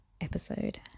episode